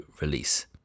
release